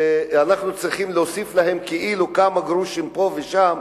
אנחנו צריכים להוסיף להם כאילו כמה גרושים פה ושם,